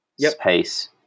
space